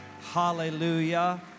Hallelujah